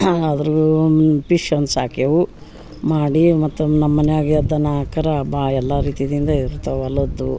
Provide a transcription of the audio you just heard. ಆದರು ಪಿಶ್ ಒಂದು ಸಾಕ್ಯೆವು ಮಾಡಿ ಮತ್ತೆ ಒಂದು ನಮ್ಮ ಮನ್ಯಾಗೆ ದನ ಕರ ಬಾ ಎಲ್ಲ ರೀತಿದಿಂದ ಇರ್ತವು ಎಲ್ಲದ್ದು